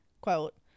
quote